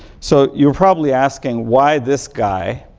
so, you're probably asking, why this guy?